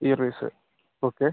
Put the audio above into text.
ഈ റീസ് ഓക്കെ